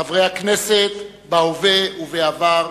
חברי הכנסת בהווה ובעבר,